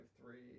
three